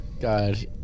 God